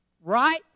Right